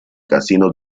casino